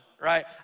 right